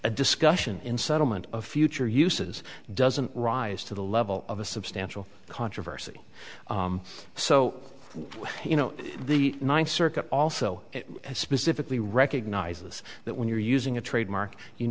a discussion in settlement of future uses doesn't rise to the level of a substantial controversy so you know the ninth circuit also specifically recognizes that when you're using a trademark you